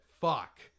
fuck